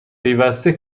پیوسته